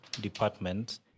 department